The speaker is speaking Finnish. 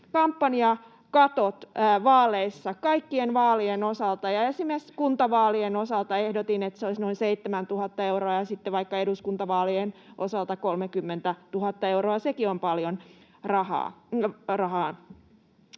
kampanjakatot vaaleissa kaikkien vaalien osalta. Esimerkiksi kuntavaalien osalta ehdotin, että se olisi noin 7 000 euroa ja sitten vaikka eduskuntavaalien osalta 30 000 euroa — sekin on paljon rahaa.